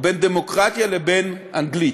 או בין דמוקרטיה לבין אנגלית.